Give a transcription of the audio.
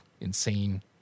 insane